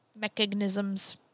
Mechanisms